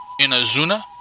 Inazuna